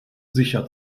sicher